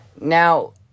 Now